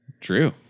True